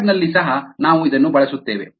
lab ನಲ್ಲಿ ಸಹ ನಾವು ಇದನ್ನು ಬಳಸುತ್ತೇವೆ